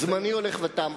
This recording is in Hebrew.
זמני הולך ותם.